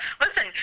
listen